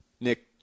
Nick